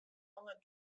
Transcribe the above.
alle